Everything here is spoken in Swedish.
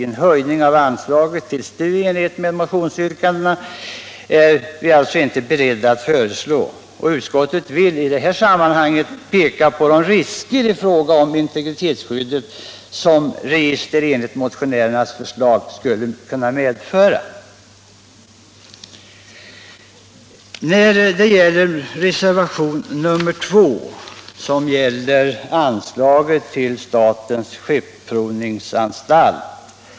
En höjning av anslaget till STU enligt motionsyrkandena är utskottet inte berett att föreslå. Utskottet vill i detta sammanhang peka på de risker i fråga om integritetsskyddet som register enligt motionärernas förslag skulle kunna medföra. Reservationen 2 gäller anslaget till statens skeppsprovningsanstalt.